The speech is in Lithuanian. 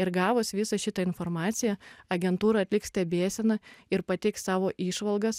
ir gavus visą šitą informaciją agentūra atliks stebėseną ir pateiks savo įžvalgas